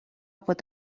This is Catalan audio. pot